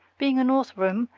being a north room,